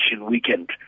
weekend